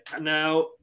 now